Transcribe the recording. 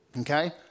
Okay